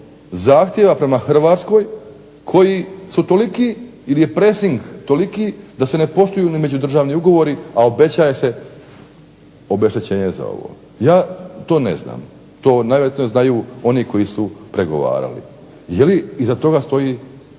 zahtjeva prema Hrvatskoj koji su toliki ili je presing toliki da se ne poštuju ni međudržavni ugovori, a obećaje se obeštećenje za to. Ja to ne znam. To najvjerojatnije znaju oni koji su pregovarali. Jeli iza toga stoji